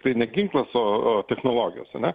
tai ne ginklas o o technologijos ane